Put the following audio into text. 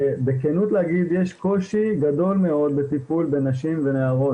ובכנות להגיד שיש קושי גדול מאוד בטיפול בנשים ונערות.